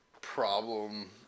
problem